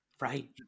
right